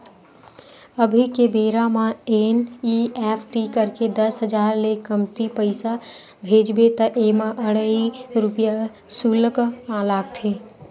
अभी के बेरा म एन.इ.एफ.टी करके दस हजार ले कमती पइसा भेजबे त एमा अढ़हइ रूपिया सुल्क लागथे